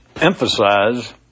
emphasize